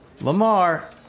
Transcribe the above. Lamar